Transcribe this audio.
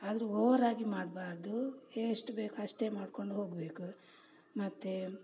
ಆದರೂ ಓವರಾಗಿ ಮಾಡ್ಬಾರ್ದು ಎಷ್ಟು ಬೇಕು ಅಷ್ಟೇ ಮಾಡಿಕೊಂಡು ಹೋಗಬೇಕು ಮತ್ತೆ